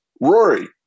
rory